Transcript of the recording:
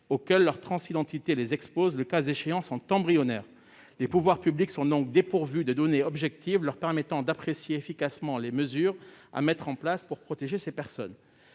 auxquelles leur transidentité les expose le cas échéant sont embryonnaires. Les pouvoirs publics sont donc dépourvus de données objectives leur permettant d'apprécier efficacement les mesures à mettre en place pour protéger les personnes